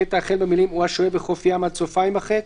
הקטע החל במילים ״או השוהה בחוף ים״ עד סופה - יימחק,